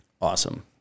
Awesome